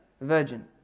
virgin